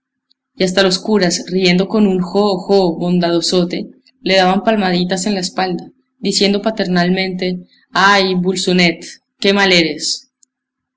los curas riendo con un jo jo bondadosote le daban palmaditas en la espalda diciendo paternalmente ay bolsonet qué mal eres